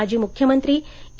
माजी मुख्यमंत्री ई